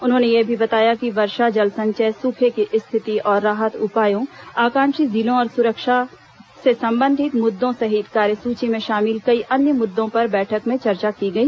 उन्होंने यह भी बताया कि वर्षा जल संचय सूखे की स्थिति और राहत उपायों आकांक्षी जिलों और सुरक्षा से संबंधित मुद्दों सहित कार्यसूची में शामिल कई अन्य मुद्दों पर बैठक में चर्चा की गई